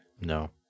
no